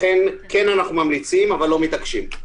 לכן אנחנו ממליצים אבל לא מתעקשים.